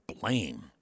blame